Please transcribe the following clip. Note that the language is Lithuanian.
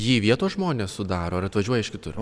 jį vietos žmonės sudaro ar atvažiuoja iš kitur